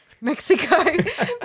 Mexico